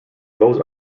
those